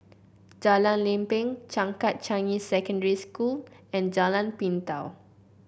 Jalan Lempeng Changkat Changi Secondary School and Jalan Pintau